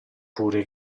pure